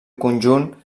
conjunt